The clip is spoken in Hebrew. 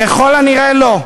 ככל הנראה לא.